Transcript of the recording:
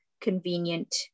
convenient